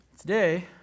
Today